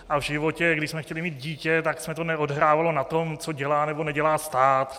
A v životě, když jsme chtěli mít dítě, tak se to neodehrávalo na tom, co dělá, nebo nedělá stát.